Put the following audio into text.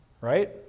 Right